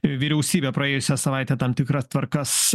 vyriausybė praėjusią savaitę tam tikra tvarkas